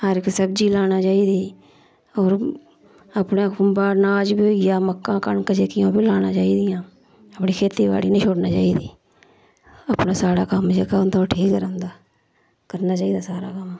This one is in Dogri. हर इक सब्जी लानी चाहिदी होर अपने खुंबा अनाज बी होई गेआ मक्कां कनक जेह्कियां ओह् बी लाना चाहिदियां अपनी खेतीबाड़ी नी छुड़नी चाहिदी अपना साढ़ा कम्म जेह्का होंदा ओह् ठीक गै रौंहदा करना चाहिदा सारा कम्म